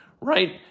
right